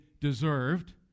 deserved